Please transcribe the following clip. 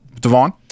Devon